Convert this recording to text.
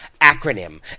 acronym